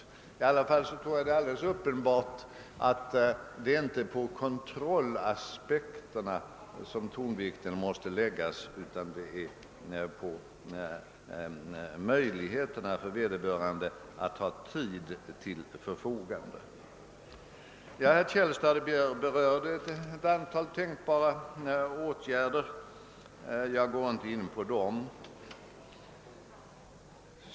Under alla förhållanden tror jag att det är uppenbart att det inte är på kontrollaspekterna tonvikten måste läggas, utan på möjligheterna för vederbörande att få tid till sitt förfogande för forskning. Herr Källstad berörde ett antal tänkbara åtgärder; jag skall inte gå in på dem.